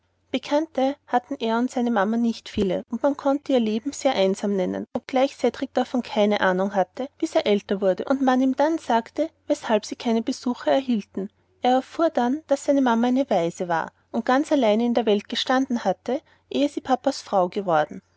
bekannte hatten er und seine mama nicht viele und man konnte ihr leben sehr einsam nennen obgleich cedrik davon keine ahnung hatte bis er älter wurde und man ihm dann sagte weshalb sie keine besuche erhielten er erfuhr dann daß seine mama eine waise war und ganz allein in der welt gestanden hatte ehe sie papas frau geworden